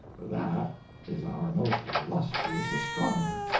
that is our most illustrious astronomer.